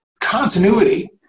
continuity